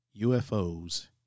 UFOs